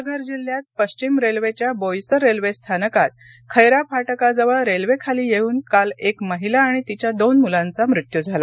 पालघर जिल्ह्यात पश्चिम रेल्वेच्या बोईसर रेल्वे स्थानकात खैरा फाटकाजवळ रेल्वेखाली येऊन काल एक महिला आणि तिच्या दोन मुलांचा मृत्यू झाला